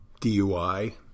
DUI